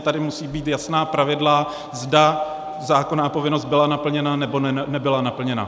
Tady musí být jasná pravidla, zda zákonná povinnost byla naplněna, nebo nebyla naplněna.